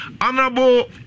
Honorable